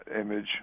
image